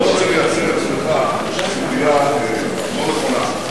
אני לא רוצה לייצר אצלך ציפייה לא נכונה,